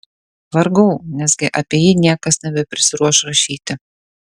vargau nesgi apie jį niekas nebeprisiruoš rašyti